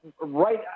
right